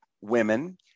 women